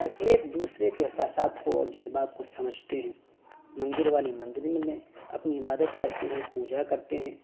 اور ایک دوسرے کے احساسات کو اور جذبات کو سمجھتے ہیں مندر والی مندر میں میں اپنی عبادت کرتے ہیں پوجا کرتے ہیں